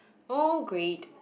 oh great